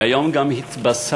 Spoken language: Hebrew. והיום גם התבשרנו,